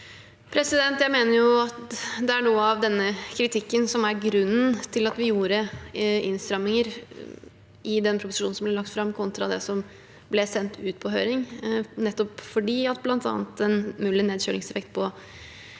Jeg mener det er noe av denne kritikken som er grunnen til at vi gjorde innstramminger i proposisjonen som ble lagt fram, kontra det som ble sendt ut på høring. Nettopp fordi bl.a. en mulig nedkjølingseffekt på